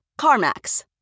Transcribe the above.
CarMax